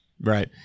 Right